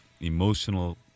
emotional